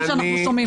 כפי שאנחנו שומעים?